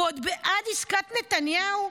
ועוד בעד עסקת נתניהו?